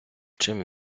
чим